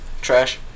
Trash